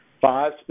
Five